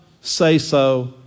say-so